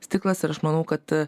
stiklas ir aš manau kad